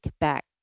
back